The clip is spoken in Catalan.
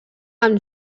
amb